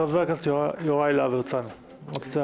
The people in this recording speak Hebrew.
חבר הכנסת יוראי להב הרצנו, בבקשה.